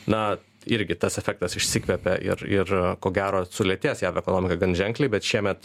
na irgi tas efektas išsikvėpė ir ir ko gero sulėtės jav ekonomika gan ženkliai bet šiemet